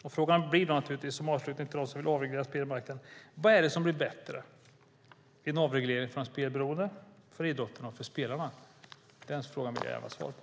Avslutningsvis blir frågan till dem som så ivrigt vill avreglera spelmarknaden: Vad är det som blir bättre vid en avreglering för de spelberoende, för idrotten och för spelarna? Den frågan vill jag gärna ha svar på.